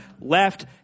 left